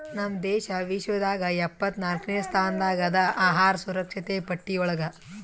ನಮ್ ದೇಶ ವಿಶ್ವದಾಗ್ ಎಪ್ಪತ್ನಾಕ್ನೆ ಸ್ಥಾನದಾಗ್ ಅದಾ ಅಹಾರ್ ಸುರಕ್ಷಣೆ ಪಟ್ಟಿ ಒಳಗ್